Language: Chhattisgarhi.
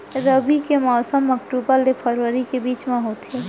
रबी के मौसम अक्टूबर ले फरवरी के बीच मा होथे